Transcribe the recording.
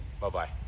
Bye-bye